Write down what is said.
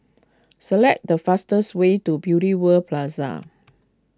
select the fastest way to Beauty World Plaza